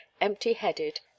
empty-headed